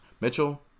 Mitchell